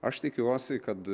aš tikiuosi kad